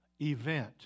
event